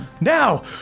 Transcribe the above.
Now